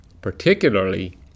particularly